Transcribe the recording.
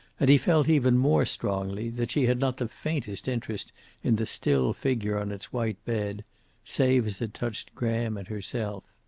and he felt, even more strongly, that she had not the faintest interest in the still figure on its white bed save as it touched graham and herself.